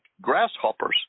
grasshoppers